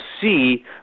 see